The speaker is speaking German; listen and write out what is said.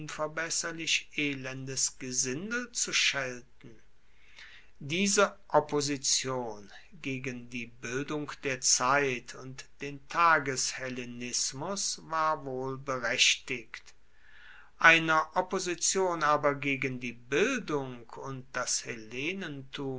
unverbesserlich elendes gesindel zu schelten diese opposition gegen die bildung der zeit und den tageshellenismus war wohl berechtigt einer opposition aber gegen die bildung und das